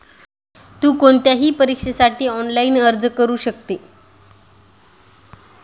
तु कोणत्याही परीक्षेसाठी ऑनलाइन अर्ज करू शकते